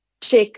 check